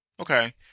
Okay